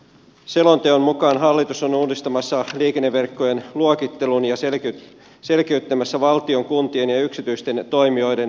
selonteon mukaan hallitus on uudistamassa liikenneverkkojen luokittelun ja selkeyttämässä valtion kuntien ja yksityisten toimijoiden vastuita